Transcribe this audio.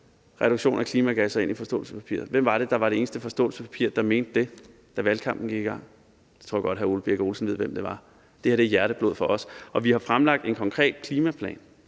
reduktion af klimagasser ind i forståelsespapiret? Hvem var det, der var de eneste i forbindelse med det forståelsespapir, der mente det, da valgkampen gik i gang? Det tror jeg godt hr. Ole Birk Olesen ved hvem var. Det her er hjerteblod for os, og vi har fremlagt en konkret klimaplan